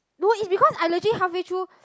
no is because allergy half way through